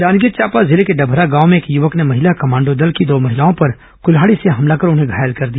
जांजगीर चांपा जिले के डमरा गांव में एक युवक ने महिला कमांडो दल की दो महिलाओं पर कुल्हाड़ी से हमला कर उन्हें घायल कर दिया